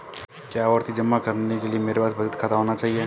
क्या आवर्ती जमा खोलने के लिए मेरे पास बचत खाता होना चाहिए?